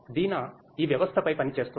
దీనా ఈ వ్యవస్థపై పనిచేస్తోంది